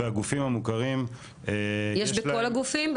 והגופים המוכרים --- יש בכל הגופים?